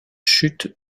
chute